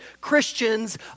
Christians